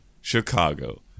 Chicago